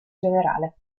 generale